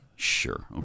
Sure